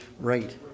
Right